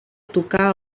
tocar